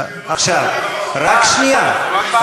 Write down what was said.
שעת שאלות,